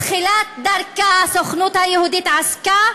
מתחילת דרכה הסוכנות היהודית עסקה